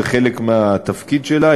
זה חלק מהתפקיד שלה,